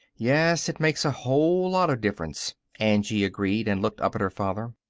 yes, it makes a whole lot of difference, angie agreed, and looked up at her father.